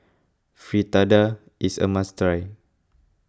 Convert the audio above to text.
Fritada is a must try